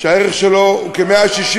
שהערך שלו הוא כ-160,